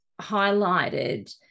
highlighted